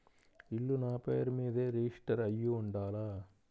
ఇల్లు నాపేరు మీదే రిజిస్టర్ అయ్యి ఉండాల?